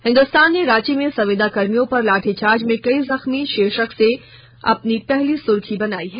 हिंदुस्तान ने रांची में संविदाकर्मियों पर लाठीचार्ज में कई जख्मी शीर्षक से अपनी पहली सुर्खी बनाई है